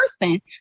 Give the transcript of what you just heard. person